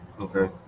Okay